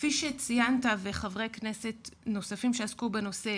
כפי שציינת וחברי כנסת נוספים שעסקו בנושא,